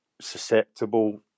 susceptible